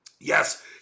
Yes